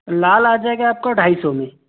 लाल आ जाएगा आप को ढाई सौ में